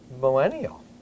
millennial